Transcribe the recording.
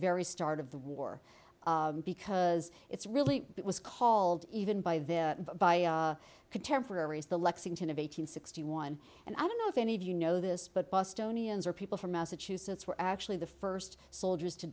very start of the war because it's really it was called even by the by contemporaries the lexington of eight hundred sixty one and i don't know if any of you know this but bus tony and her people from massachusetts were actually the first soldiers to